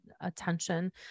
attention